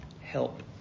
help